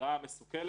החקירה מסוכלת?